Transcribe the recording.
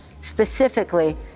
specifically